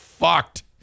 fucked